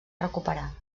recuperar